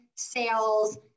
sales